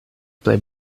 plej